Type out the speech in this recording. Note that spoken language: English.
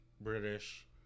British